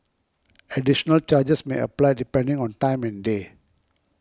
additional charges may apply depending on time and day